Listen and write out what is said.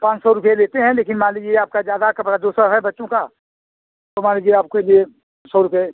पाँच सौ रुपये लेते हैं लेकिन मान लीजिए आपका ज्यादा कपड़ा दो सौ है बच्चों का तो मान लीजिए आपके लिए सौ रुपये